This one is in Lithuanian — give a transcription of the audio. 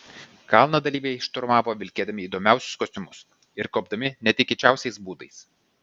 kalną dalyviai šturmavo vilkėdami įdomiausius kostiumus ir kopdami netikėčiausiais būdais